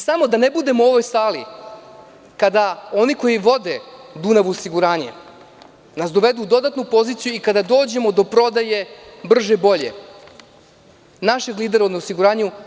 Samo da ne budem u ovoj sali kada nas oni koji vode „Dunav osiguranje“ dovedu u dodatnu poziciju i kada dođemo do prodaje brže bolje našeg lidera u osiguranju.